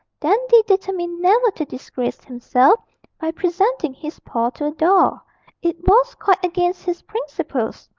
dandy determined never to disgrace himself by presenting his paw to a doll it was quite against his principles.